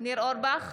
ניר אורבך,